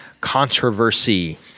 controversy